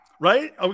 Right